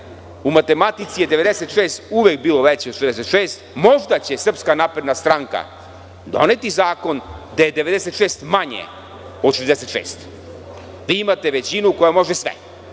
u matematici je 96 uvek bilo veće o 66, možda će SNS doneti zakon gde je 96 manje od 66. Vi imate većinu koja može sve.